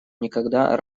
никогда